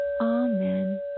Amen